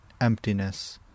Emptiness